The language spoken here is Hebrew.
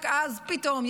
רק אז פתאום,